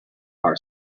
our